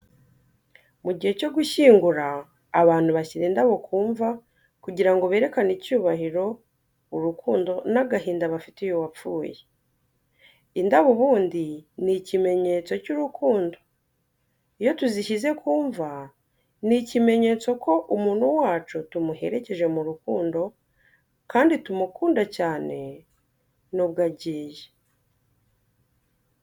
Mu gihe cyo gushyingura, abantu bashyira indabo ku mva kugira ngo berekane icyubahiro, urukundo n’agahinda bafitiye uwapfuye. Indabo ubundi ni ikimenyetso cy’urukundo, iyo tuzishyize ku mva ni ikimenyetso ko umuntu wacu tumuherekeje mu rukundo kandi tumukunda cyane nubwo agiye.